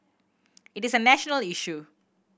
it is a national issue